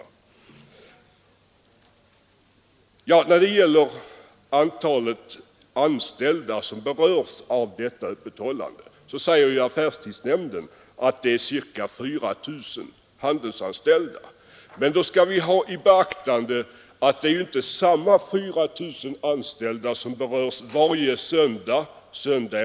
Affärstidsnämnden uppger att antalet handelsanställda som berörs av denna form av öppethållande är ca 4 000. Men då skall vi ta i beaktande att det ju inte är samma 4 000 anställda som berörs varje enskild söndag.